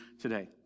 today